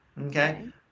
Okay